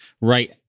right